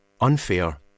unfair